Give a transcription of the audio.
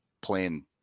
playing